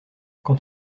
quand